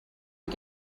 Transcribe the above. you